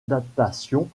adaptations